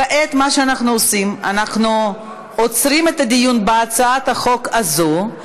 כעת מה שאנחנו עושים: אנחנו עוצרים את הדיון בהצעת החוק הזו,